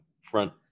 front